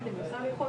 באזור המטרו.